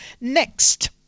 Next